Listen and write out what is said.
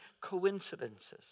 coincidences